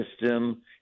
system